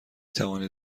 توانید